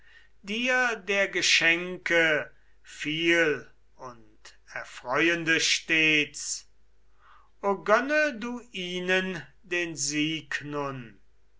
dir der geschenke viel und erfreuende stets o gönne du ihnen den sieg